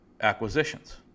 acquisitions